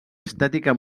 estètica